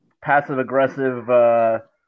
passive-aggressive